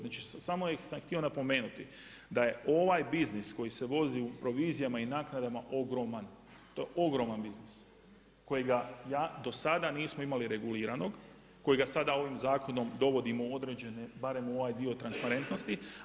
Znači samo sam htio napomenuti da je ovaj biznis koji se vozi u provizijama i naknadama ogroman, to je ogroman biznis kojega ja, do sada nismo imali reguliranog, kojega sada ovim zakonom dovodimo u određene, barem u ovaj dio transparentnosti.